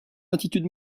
attitude